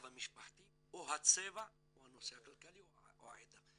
המשפחתי או הצבע או הנושא הכלכלי או העדה.